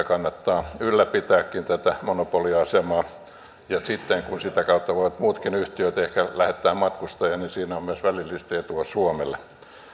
kannattaa ylläpitääkin tätä monopoliasemaa ja sitten kun sitä kautta voivat muutkin yhtiöt ehkä lähettää matkustajan niin siinä on myös välillisesti etua suomelle